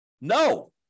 No